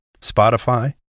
Spotify